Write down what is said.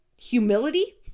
Humility